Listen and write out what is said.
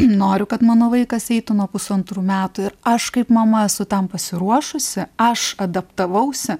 noriu kad mano vaikas eitų nuo pusantrų metų ir aš kaip mama esu tam pasiruošusi aš adaptavausi